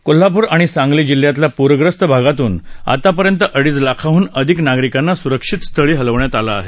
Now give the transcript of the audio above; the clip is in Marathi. कोल्हापूर आणि सांगली जिल्ह्यातल्या पूरग्रस्त भागातून आतापर्यंत अडीच लाखांहन अधिक नागरिकांना स्रक्षित स्थळी हलवण्यात आलं आहे